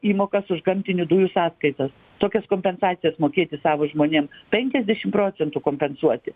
įmokas už gamtinių dujų sąskaitas tokias kompensacijas mokėti savo žmonėm penkiasdešim procentų kompensuoti